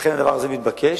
לכן הדבר הזה מתבקש.